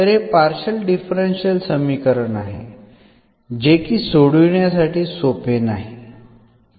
तर हे partial differential समीकरण आहे जे की सोडवण्यासाठी सोपे नाही